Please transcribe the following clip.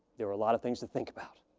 there are a lot of things to think about.